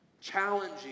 Challenging